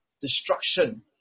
destruction